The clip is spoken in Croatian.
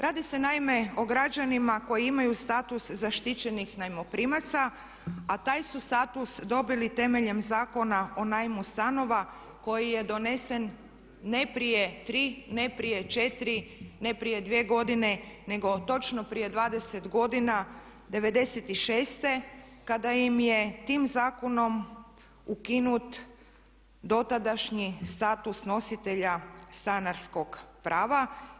Radi se naime o građanima koji imaju status zaštićenih najmoprimaca, a taj su status dobili temeljem Zakona o najmu stanova koji je donesen ne prije tri, ne prije 4, ne prije 2 godine nego točno prije 20 godina '96. kada im je tim zakonom ukinut dotadašnji status nositelja stanarskog prava.